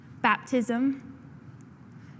baptism